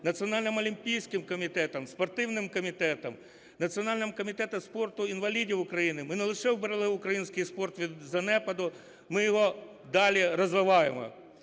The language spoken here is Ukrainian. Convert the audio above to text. Національним олімпійським комітетом, спортивним комітетом, Національним комітетом спорту інвалідів України ми не лише уберегли український спорт від занепаду, ми його далі розвиваємо.